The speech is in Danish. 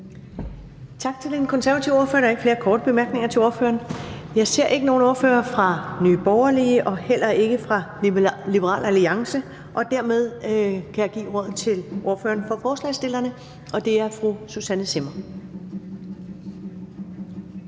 Tak til den konservative ordfører. Der er ikke flere korte bemærkninger til ordføreren. Jeg ser ikke nogen ordfører fra Nye Borgerlige og heller ikke fra Liberal Alliance, og dermed kan jeg give ordet til ordføreren for forslagsstillerne, og det er fru Susanne Zimmer.